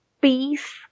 peace